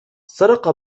سرق